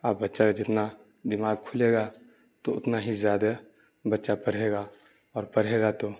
اور بچہ کا جتنا دماغ کھلے گا تو اتنا ہی زیادہ بچہ پڑھے گا اور پڑھے گا تو